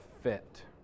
fit